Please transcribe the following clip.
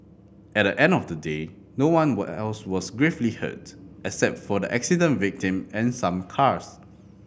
at the end of the day no one was else was gravely hurt except for the accident victim and some cars